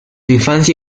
infancia